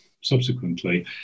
subsequently